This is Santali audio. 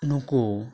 ᱱᱩᱠᱩ